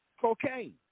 cocaine